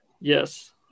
Yes